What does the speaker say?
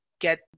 get